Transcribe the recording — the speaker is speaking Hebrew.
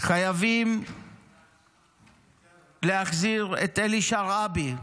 חייבים להחזיר את אלי שרעבי,